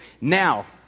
Now